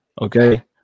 okay